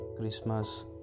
christmas